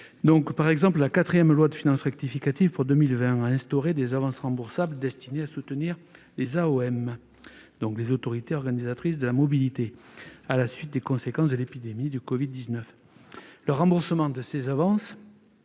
Par exemple, donc, la quatrième loi de finances rectificative pour 2020 a instauré des avances remboursables destinées à soutenir les autorités organisatrices de la mobilité (AOM) pour faire face aux conséquences de l'épidémie de covid-19. Le remboursement de ces avances